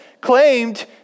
claimed